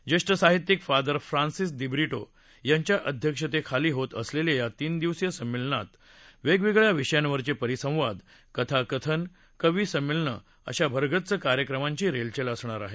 ज्येष्ठ साहित्यिक father Francis Dibrito यांच्या अध्यक्षतेखाली होत असलेल्या या तीन दिवसीय संमेलनात वेगवेगळ्या विषयांवरचे परिसंवाद कथाकथन कवी संमेलनं अशा भरगच्च कार्यक्रमांची रेलचेल असणार आहे